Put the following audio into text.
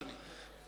אדוני.